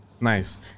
Nice